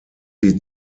sie